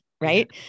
right